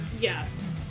Yes